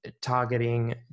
targeting